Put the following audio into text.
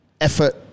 effort